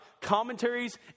commentaries